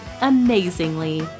amazingly